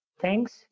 Thanks